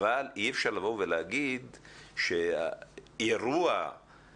אבל אי אפשר לבוא ולהגיד שאירוע שתלוי